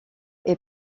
est